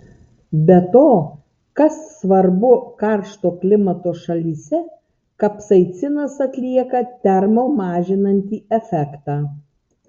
be to kas svarbu karšto klimato šalyse kapsaicinas atlieka termo mažinantį efektą